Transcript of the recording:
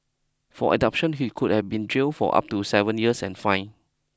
for abduction he could have been jailed for up to seven years and fined